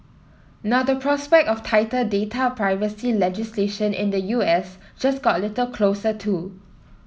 now the prospect of tighter data privacy legislation in the U S just got a little closer too